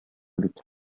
бит